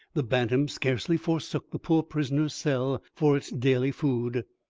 the bantam scarcely forsook the poor prisoner's cell for its daily food,